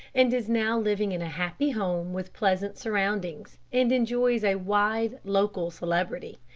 and is now living in a happy home with pleasant surroundings, and enjoys a wide local celebrity.